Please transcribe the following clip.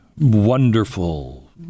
wonderful